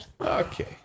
Okay